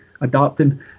adapting